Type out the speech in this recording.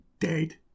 Dead